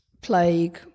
Plague